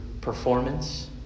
performance